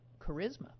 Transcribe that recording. charisma